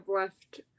left